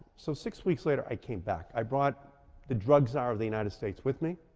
so six weeks later, i came back. i brought the drug czar of the united states with me,